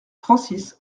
francis